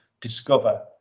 discover